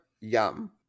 yum